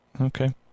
Okay